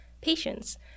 patients